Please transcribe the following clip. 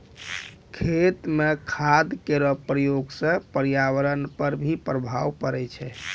खेत म खाद केरो प्रयोग सँ पर्यावरण पर भी प्रभाव पड़ै छै